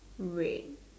red